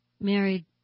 married